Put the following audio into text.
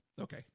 Okay